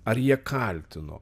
ar jie kaltino